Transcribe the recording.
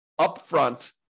upfront